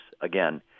again